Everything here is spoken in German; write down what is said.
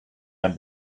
ein